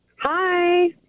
Hi